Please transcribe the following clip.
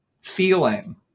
feeling